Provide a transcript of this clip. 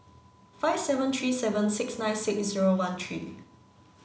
five seven three seven six nine six zero one three